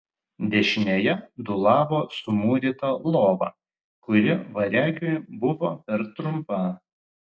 dešinėje dūlavo sumūryta lova kuri variagui buvo per trumpa